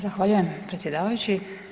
Zahvaljujem predsjedavajući.